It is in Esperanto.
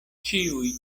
ĉiuj